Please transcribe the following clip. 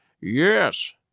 Yes